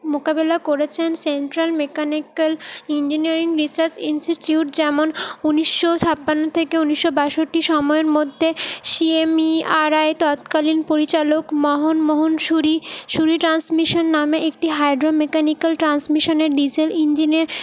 মোকাবেলা করেছেন central mechanical engineering research institute যেমন উনিশশো ছাপ্পান্ন থেকে উনিশশো বাষট্টি সময়ের মধ্যে সিএমইআরআই তৎকালীন পরিচালক মোহন মোহন শুরি শুরি ট্রান্সমিশন নামে একটি হাইড্রো মেকানিক্যাল ট্রান্সমিশনের ডিজেল ইঞ্জিনের